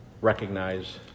recognize